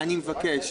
אני מבקש,